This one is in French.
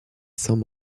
saints